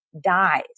dies